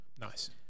Nice